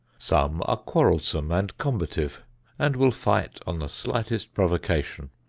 some are quarrelsome and combative and will fight on the slightest provocation.